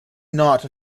not